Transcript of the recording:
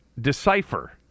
decipher